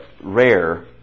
rare